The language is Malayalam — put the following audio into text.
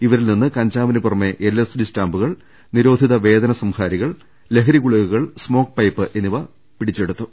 ഇവരിൽ നിന്ന് കഞ്ചാ വിന് പുറമെ എൽഎസ്ഡി സ്റ്റാമ്പുകൾ നിരോധിത വേദന സംഹാരി കൾ ലഹരി ഗുളികകൾ സ്മോക് പൈപ്പ് എന്നിവ പിടിച്ചെടുത്തു